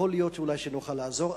יכול להיות שאולי נוכל לעזור,